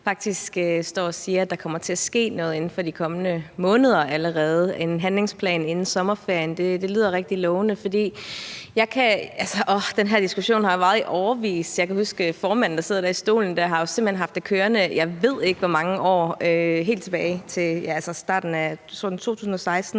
faktisk står og siger, at der kommer til at ske noget allerede inden for de kommende måneder, en handlingsplan inden sommerferien. Det lyder rigtig lovende, for den her diskussion har jo varet i årevis. Jeg kan huske, at formanden, der sidder der i stolen, jo simpelt hen har haft det kørende i, jeg ved ikke hvor mange år, altså helt tilbage til starten af 2016